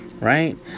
right